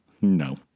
No